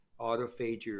autophagy